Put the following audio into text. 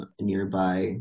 nearby